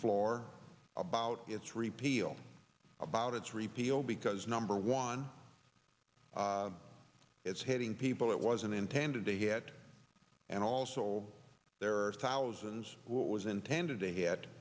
floor about its repeal about its repeal because number one it's hitting people it wasn't intended to hit and also there are thousands what was intended to h